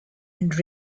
and